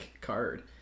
card